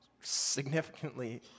significantly